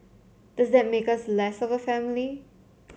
does that make us less of a family